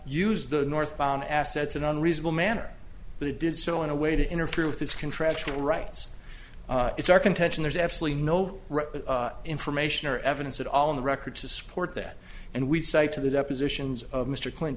use the northbound assets in an reasonable manner but it did so in a way to interfere with his contractual rights it's our contention there's absolutely no information or evidence at all in the record to support that and we cite to the depositions of mr clint